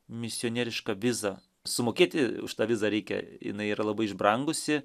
misionierišką vizą sumokėti už tą vizą reikia jinai yra labai išbrangusi